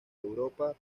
europa